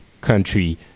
country